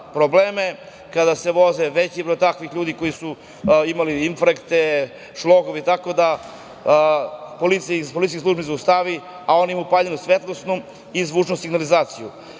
probleme, kada se vozi veći broj takvih ljudi koji su imali infarkte, šlogove. Iz policijskih službi ih zaustave, a oni imaju upaljenu svetlosnu i zvučnu signalizaciju. Moje